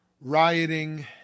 rioting